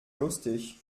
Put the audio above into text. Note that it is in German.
lustig